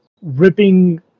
ripping